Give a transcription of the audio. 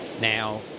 Now